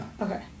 Okay